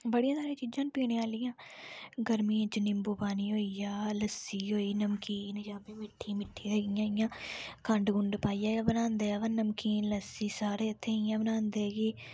बडियां सारियां चीजां ना पीने आहलियां गर्मी च निंबू पानी होई गया लस्सी होई गयी नमकीन चाह् जां मिट्ठी मिट्ठी जां इयां इयां खंड खुंड पाइयै गै बनांदे ना पर नमकीन लस्सी साढ़े इत्थै इयां बनांदे कि